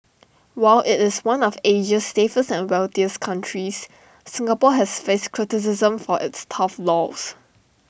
while IT is one of Asia's safest and wealthiest countries Singapore has faced criticism for its tough laws